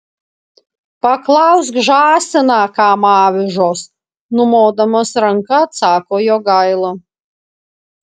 paklausk žąsiną kam avižos numodamas ranka atsako jogaila